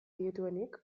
dituenik